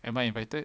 am I invited